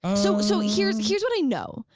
um so so here's here's what i know.